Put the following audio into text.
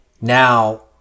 Now